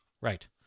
Right